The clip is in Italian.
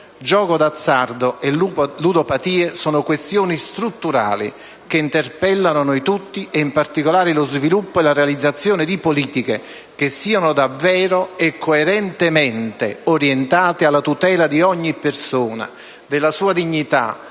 Gioco d'azzardo e ludopatie sono questioni strutturali, che interpellano noi tutti e richiedono lo sviluppo e la realizzazione di politiche che siano davvero e coerentemente orientate alla tutela di ogni persona, della sua dignità,